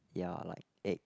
ya like egg